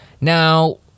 Now